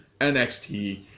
NXT